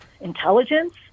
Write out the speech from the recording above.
intelligence